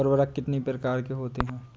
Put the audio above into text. उर्वरक कितनी प्रकार के होते हैं?